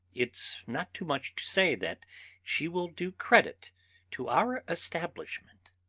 it's not too much to say that she will do credit to our establishment!